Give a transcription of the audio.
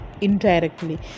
indirectly